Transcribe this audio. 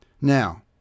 Now